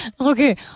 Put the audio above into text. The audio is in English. Okay